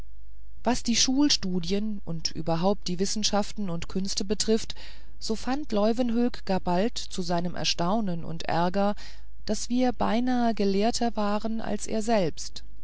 was die schulstudien und überhaupt die wissenschaften und künste betrifft so fand leuwenhoek gar bald zu seinem erstaunen und ärger daß wir beinahe gelehrter waren als er selbst